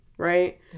Right